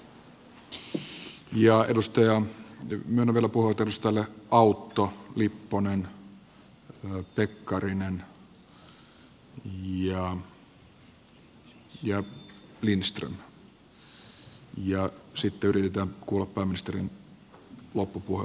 myönnän vielä puheenvuorot edustajille autto lipponen pekkarinen ja lindström ja sitten yritetään kuulla pääministerin loppupuheenvuoro